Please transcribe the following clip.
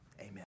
Amen